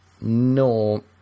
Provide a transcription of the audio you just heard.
no